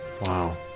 Wow